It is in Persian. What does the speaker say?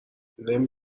نمی